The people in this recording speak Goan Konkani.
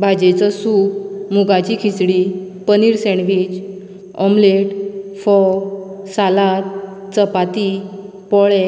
भाजयेचो सूप मुगाची खिचडी पनीर सँडवीच ऑमलेट फोव सालाद चपाती पोळे